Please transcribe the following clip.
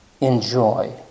enjoy